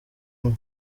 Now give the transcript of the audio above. imwe